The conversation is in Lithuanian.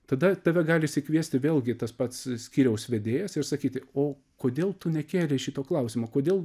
tada tave gali išsikviesti vėlgi tas pats skyriaus vedėjas ir sakyti o kodėl tu nekėlei šito klausimo kodėl